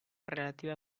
relativa